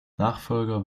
nachfolger